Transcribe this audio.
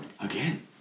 Again